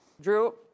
Drew